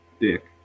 dick